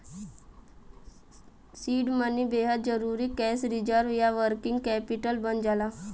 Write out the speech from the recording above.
seed money बेहद जरुरी cash reserve या वर्किंग कैपिटल बन जाला